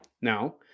Now